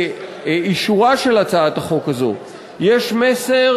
שבאישורה של הצעת החוק הזאת יש מסר